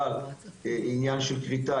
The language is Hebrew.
אבל עניין של כריתה,